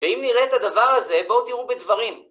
ואם נראה את הדבר הזה, בואו תראו בדברים.